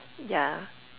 yeah